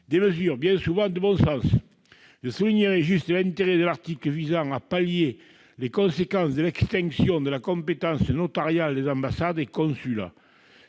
mesures bien souvent de bon sens. Je souligne ainsi l'intérêt de l'article visant à pallier les conséquences de l'extinction de la compétence notariale des ambassades et consulats.